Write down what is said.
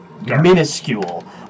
minuscule